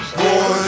boy